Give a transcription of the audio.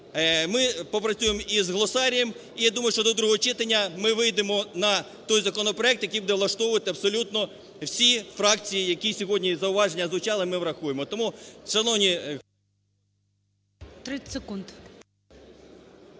Ми попрацюємо з глосарієм і я думаю, що до другого читання ми вийдемо на той законопроект, який буде влаштовувати абсолютно всі фракції. Які сьогодні зауваження звучали, ми врахуємо. Тому, шановні… ГОЛОВУЮЧИЙ. 30 секунд.